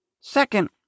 Second